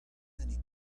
many